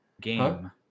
Game